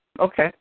Okay